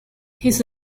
his